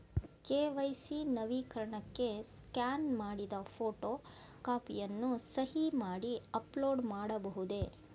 KYC ನವೀಕರಣಕ್ಕೆ scan ಮಾಡಿದ photo ಕಾಪಿಯನ್ನು ಸಹಿ ಮಾಡಿ ಅಪ್ಲೋಡ್ ಮಾಡಬಹುದೇ?